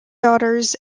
daughters